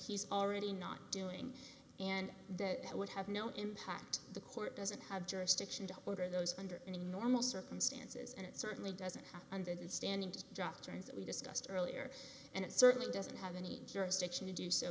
he's already not doing and that would have no impact the court doesn't have jurisdiction to order those under any normal circumstances and it certainly doesn't have under the standing to draft trends that we discussed earlier and it certainly doesn't have any jurisdiction to do so